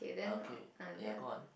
okay ya go on